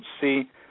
see